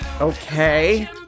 okay